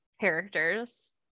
characters